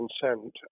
consent